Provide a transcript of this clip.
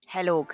Hello